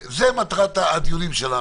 זו מטרת הדיונים שלנו.